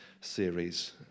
series